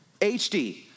HD